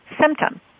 symptom